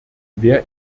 wer